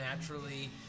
naturally